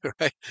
Right